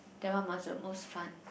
that one was the most fun